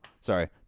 Sorry